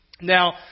Now